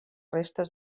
restes